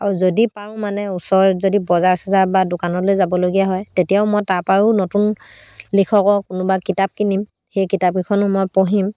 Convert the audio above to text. আৰু যদি পাৰোঁ মানে ওচৰত যদি বজাৰ চজাৰ বা দোকানলৈ যাবলগীয়া হয় তেতিয়াও মই তাৰপাও নতুন লিখকৰ কোনোবা কিতাপ কিনিম সেই কিতাপকেইখনো মই পঢ়িম